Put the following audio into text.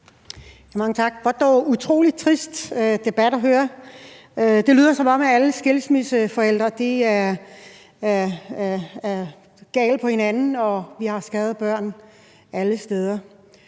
Mange tak. Det er dog en utrolig trist debat at høre på. Det lyder, som om alle skilsmisseforældre er gale på hinanden, og at vi har skadede børn alle steder.